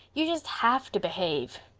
you just have to behave.